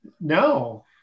No